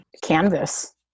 canvas